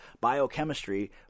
biochemistry